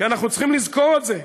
כי אנחנו צריכים לזכור את זה.